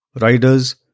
riders